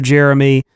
Jeremy